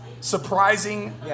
surprising